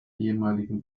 ehemaligen